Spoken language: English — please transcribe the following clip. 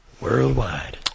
Worldwide